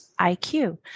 IQ